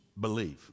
believe